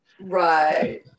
right